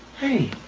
hey.